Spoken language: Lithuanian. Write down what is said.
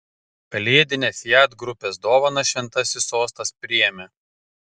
kalėdinę fiat grupės dovaną šventasis sostas priėmė